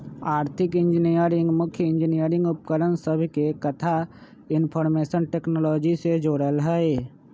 आर्थिक इंजीनियरिंग मुख्य इंजीनियरिंग उपकरण सभके कथा इनफार्मेशन टेक्नोलॉजी से जोड़ल हइ